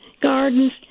gardens